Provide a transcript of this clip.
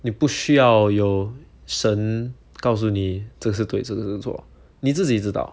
你不需要有神告诉你这是对这个是错你自己知道